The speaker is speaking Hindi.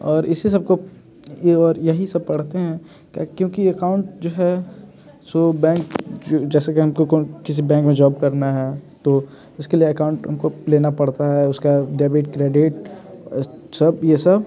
और इसी सब को ये और यहीं सब पढ़ते हैं क्या क्योंकि एकाउंट जो है सो बैंक जैसे कि हमको किसी बैंक में जॉब करना है तो उसके लिए एकाउंट हमको लेना पड़ता है उसका डेबिट क्रेडिट सब ये सब